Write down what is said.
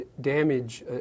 damage